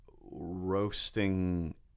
roasting